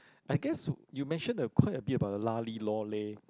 I guess you mentioned a quite a bit about the lah li lor leh